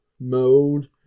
mode